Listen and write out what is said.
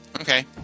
Okay